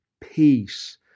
peace